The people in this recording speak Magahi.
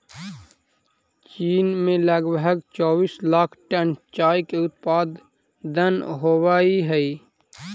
चीन में लगभग चौबीस लाख टन चाय के उत्पादन होवऽ हइ